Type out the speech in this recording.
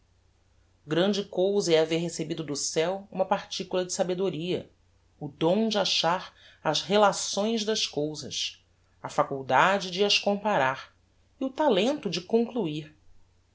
grande cousa é haver recebido do ceu uma particula da sabedoria o dom de achar as relações das cousas a faculdade de as comparar e o talento de concluir